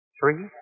three